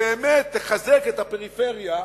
שבאמת תחזק את הפריפריה,